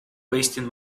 wasting